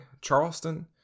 Charleston